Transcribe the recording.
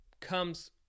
comes